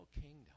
kingdom